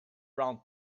round